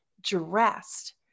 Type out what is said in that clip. dressed